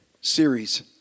series